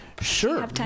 Sure